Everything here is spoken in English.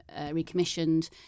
recommissioned